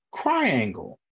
triangle